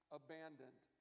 abandoned